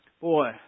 boy